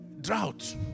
drought